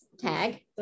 Tag